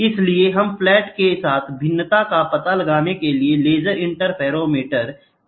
इसलिए हम फ्लैट के साथ भिन्नता का पता लगाने के लिए लेजर इंटरफेरोमेट्रिक तकनीकों का उपयोग करते हैं